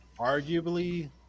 arguably